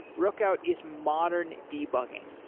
rookout is modern debugging.